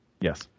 Yes